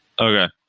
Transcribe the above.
Okay